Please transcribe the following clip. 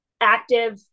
active